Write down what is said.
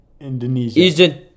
Indonesia